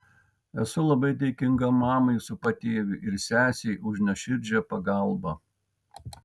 esu labai dėkinga mamai su patėviu ir sesei už nuoširdžią pagalbą